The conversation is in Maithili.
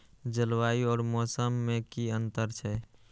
जलवायु और मौसम में कि अंतर छै?